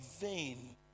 vain